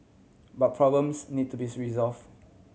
but problems need to be resolve